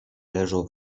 leżą